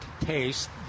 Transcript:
taste